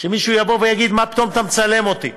שמישהו יגיד: מה פתאום אתה מצלם אותי.